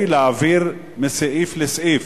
כדי להעביר מסעיף לסעיף,